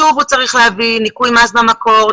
שוב הוא צריך להביא ניכוי מס במקור,